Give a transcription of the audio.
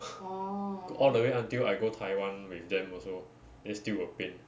all the way until I go taiwan with them also then still got pain